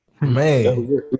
Man